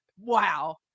wow